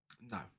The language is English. No